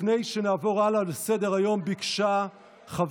אני קובע שחוק לתיקון פקודת מס הכנסה (מס'